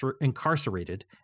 Incarcerated